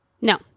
No